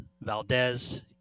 Valdez